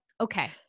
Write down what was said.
okay